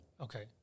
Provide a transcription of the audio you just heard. Okay